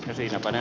virtane